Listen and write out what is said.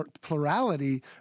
plurality